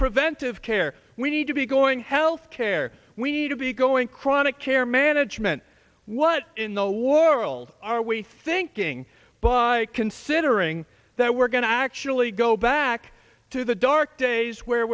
preventive care we need to be going health care we need to be going chronic care management what in the war old are we thinking by considering that we're going to actually go back to the dark days where